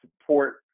support